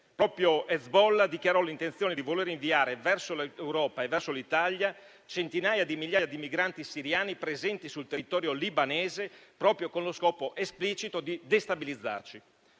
proprio Hezbollah aveva dichiarato l'intenzione di inviare verso l'Europa e verso l'Italia centinaia di migliaia di migranti siriani presenti sul territorio libanese, proprio con lo scopo esplicito di destabilizzarci.